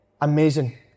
Amazing